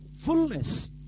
fullness